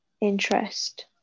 interest